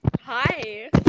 Hi